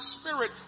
spirit